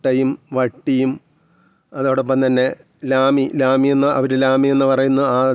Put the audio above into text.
അങ്ങനെ ആ ചിത്രമാണെനിക്കിങ്ങനെ അതിലേറെ അര്ത്ഥമോ പ്രാധാന്യം ഒക്കെ ഉള്ളതായിട്ട് മനസ്സില് തോന്നിയിട്ടുള്ളത്